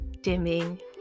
dimming